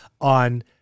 on